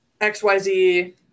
XYZ